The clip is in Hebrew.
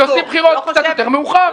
כי עושים בחירות קצת יותר מאוחר.